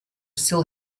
still